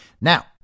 Now